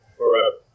forever